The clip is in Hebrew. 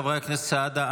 חבר הכנסת סעדה,